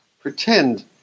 Pretend